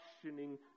questioning